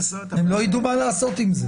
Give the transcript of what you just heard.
הם לא יידעו מה לעשות עם זה.